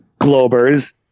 Globers